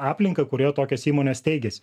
aplinką kurioje tokios įmonės steigiasi